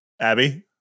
Abby